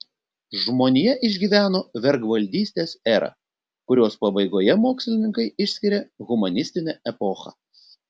žmonija išgyveno vergvaldystės erą kurios pabaigoje mokslininkai išskiria humanistinę epochą